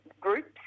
groups